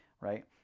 right